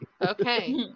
Okay